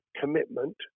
commitment